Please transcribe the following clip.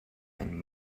einen